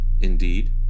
Indeed